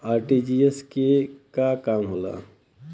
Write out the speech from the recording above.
RTGS के का काम होला?